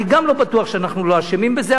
אני גם לא בטוח שאנחנו לא אשמים בזה,